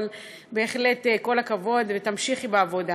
אבל בהחלט כל הכבוד ותמשיכי בעבודה.